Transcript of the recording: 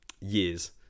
years